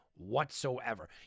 whatsoever